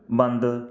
ਬੰਦ